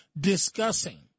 discussing